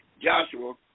Joshua